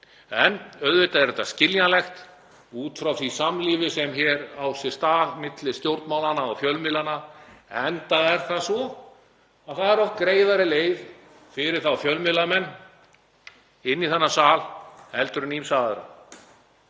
En auðvitað er þetta skiljanlegt út frá því samlífi sem hér á sér stað milli stjórnmálanna og fjölmiðlanna, enda er það svo að það er oft greiðari leið fyrir þá fjölmiðlamenn inn í þennan sal heldur en ýmsa aðra.